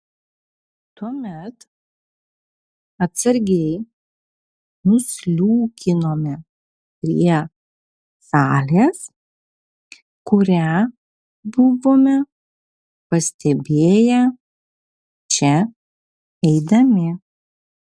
tuomet atsargiai nusliūkinome prie salės kurią buvome pastebėję čia eidami